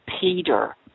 Peter